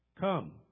Come